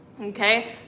okay